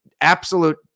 absolute